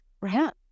Right